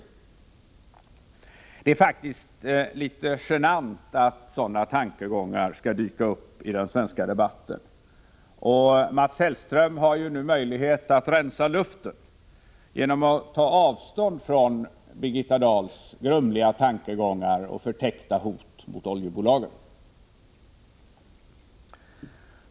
Det är faktiskt litet genant att sådana tankegångar kan dyka upp i den svenska debatten. Mats Hellström har nu möjlighet att rensa luften genom att ta avstånd från Birgitta Dahls grumliga tankegångar och förtäckta hot mot oljebolagen.